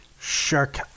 Shark